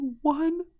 one